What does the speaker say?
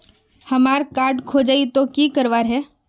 हमार कार्ड खोजेई तो की करवार है?